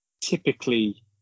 typically